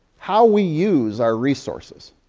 how we use our resources.